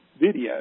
video